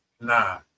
nah